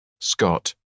Scott